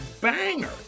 banger